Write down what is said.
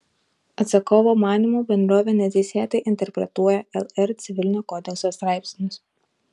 atsakovo manymu bendrovė neteisėtai interpretuoja lr civilinio kodekso straipsnius